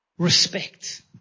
Respect